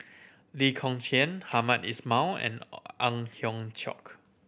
Lee Kong Chian Hamed Ismail and Ang Hiong Chiok